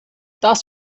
das